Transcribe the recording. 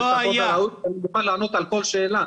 לא היה ------ אני מוכן לענות על כל שאלה.